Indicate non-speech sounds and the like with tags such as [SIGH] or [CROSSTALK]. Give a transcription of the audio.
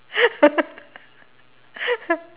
[LAUGHS]